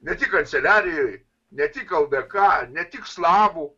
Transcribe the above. ne tik kanceliarijoj ne tik ldk ne tik slavų